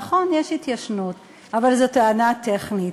נכון, יש התיישנות, אבל זאת טענה טכנית.